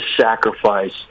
sacrifice